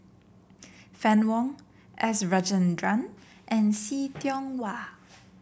Fann Wong S Rajendran and See Tiong Wah